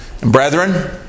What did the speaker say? Brethren